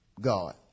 God